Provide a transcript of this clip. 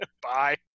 Bye